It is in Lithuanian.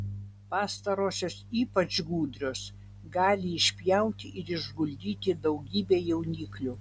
pastarosios ypač gudrios gali išpjauti ir išguldyti daugybę jauniklių